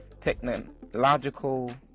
technological